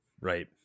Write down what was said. right